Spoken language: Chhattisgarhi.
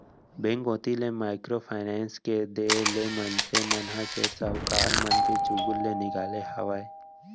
बेंक कोती ले माइक्रो फायनेस के देय ले मनसे मन ह सेठ साहूकार मन के चुगूल ले निकाले हावय